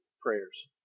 prayers